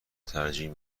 ترجیح